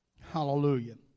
Hallelujah